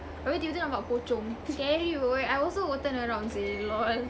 habis tiba tiba nampak pocong scary wei I also will turn around seh LOL